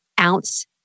ounce